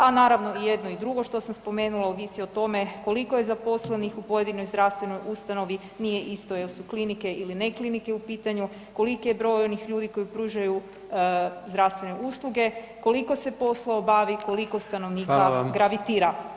A naravno i jedno i drugo što sam spomenula, ovisi o tome koliko je zaposlenih u pojedinoj zdravstvenoj ustanovi, nije isto jel su klinike ili ne klinike u pitanju, koliki je broj onih ljudi koji pružaju zdravstvene usluge, koliko se posla obavi, koliko stanovnika [[Upadica: Hvala]] gravitira.